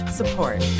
support